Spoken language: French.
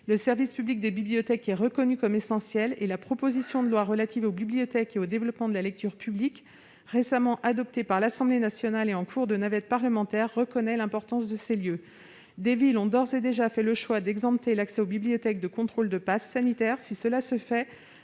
Le service public des bibliothèques est reconnu comme essentiel, et la proposition de loi relative aux bibliothèques et au développement de la lecture publique, récemment adoptée par l'Assemblée nationale et en cours de navette parlementaire, reconnaît l'importance de ces lieux. Des villes ont d'ores et déjà fait le choix d'exempter l'accès aux bibliothèques de contrôle du passe sanitaire, si cela se fait